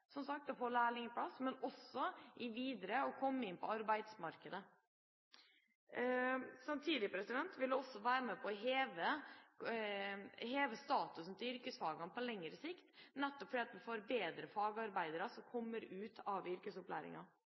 også til å komme inn på arbeidsmarkedet. Samtidig vil det også være med på å heve statusen til yrkesfagene på lengre sikt, nettopp fordi man får bedre fagarbeidere av yrkesopplæringa. Et annet viktig moment er en større praksisretting av